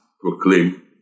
proclaim